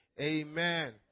amen